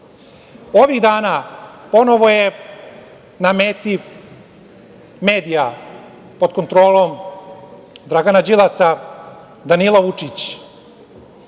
dana ponovo je na meti medija pod kontrolom Dragana Đilasa Danilo Vučić,